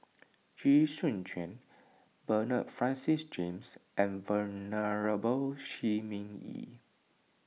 Chee Soon Juan Bernard Francis James and Venerable Shi Ming Yi